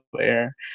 air